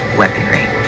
weaponry